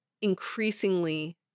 increasingly